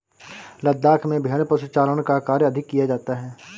लद्दाख में भेड़ पशुचारण का कार्य अधिक किया जाता है